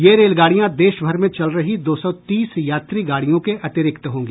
ये रेलगाडियां देशभर में चल रही दो सौ तीस यात्री गाडियों के अतिरिक्त होंगी